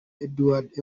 edward